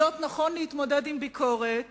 להיות נכון להתמודד עם ביקורת